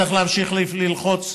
צריך להמשיך ללחוץ.